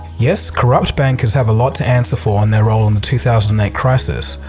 yes, corrupt bankers have a lot to answer for on their role in the two thousand and eight crisis.